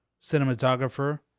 cinematographer